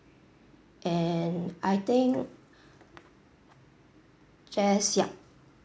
and I think just yup